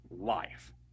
life